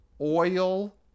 oil